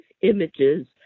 images